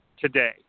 today